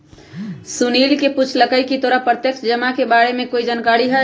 सुनील ने पूछकई की तोरा प्रत्यक्ष जमा के बारे में कोई जानकारी हई